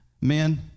Men